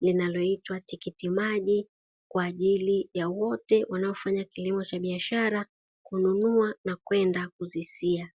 linaloitwa tikiti maji kwa ajili ya wote wanaofanya kilimo cha biashara kununua na kwenda kuzisia.